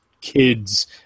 kids